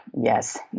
Yes